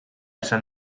esan